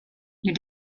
you